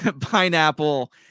pineapple